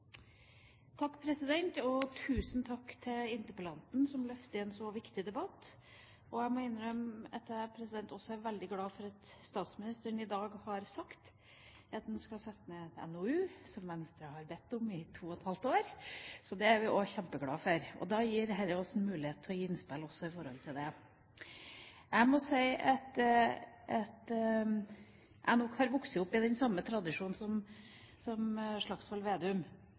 veldig glad for at statsministeren i dag har sagt at han skal sette ned et NOU-utvalg, noe Venstre har bedt om i to og et halvt år. Det er vi kjempeglade for, og det gir oss mulighet til å komme med innspill til det. Jeg har nok vokst opp i den samme tradisjonen som Slagsvold Vedum,